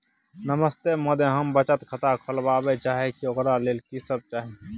नमस्ते महोदय, हम बचत खाता खोलवाबै चाहे छिये, ओकर लेल की सब चाही?